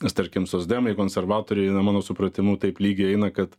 nes tarkim socdemai konservatoriai na mano supratimu taip lygiai eina kad